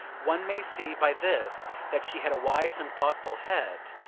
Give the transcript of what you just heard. one may see by this that she had a wise and thoughtful head,